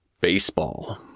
baseball